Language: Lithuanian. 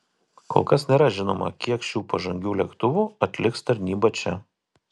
kol kas nėra žinoma kiek šių pažangių lėktuvų atliks tarnybą čia